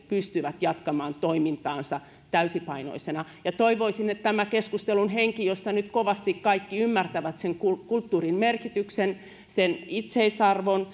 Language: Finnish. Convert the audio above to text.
pystyvät jatkamaan toimintaansa täysipainoisesti toivoisin että tämä keskustelun henki jossa nyt kovasti kaikki ymmärtävät sen kulttuurin merkityksen sen itseisarvon